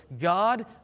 God